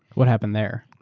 what happened there?